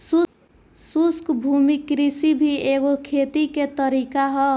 शुष्क भूमि कृषि भी एगो खेती के तरीका ह